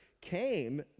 came